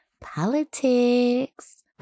politics